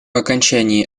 окончании